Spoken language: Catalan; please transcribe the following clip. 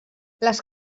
les